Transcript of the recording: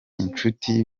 inshuti